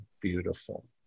beautiful